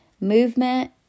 movement